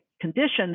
conditions